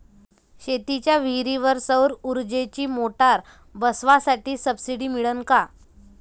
शेतीच्या विहीरीवर सौर ऊर्जेची मोटार बसवासाठी सबसीडी मिळन का?